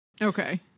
Okay